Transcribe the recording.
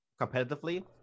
competitively